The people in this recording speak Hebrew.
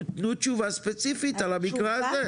תנו תשובה ספציפית על המקרה הזה.